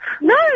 No